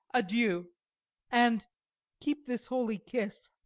adieu and keep this holy kiss.